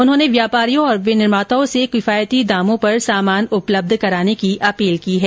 उन्होंने व्यापारियों और विनिर्माताओं से किफायती दामों पर सामान उपलब्ध कराने की अपील की है